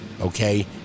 okay